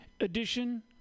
edition